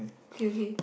okay okay